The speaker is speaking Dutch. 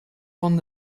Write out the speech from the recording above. van